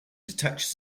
detached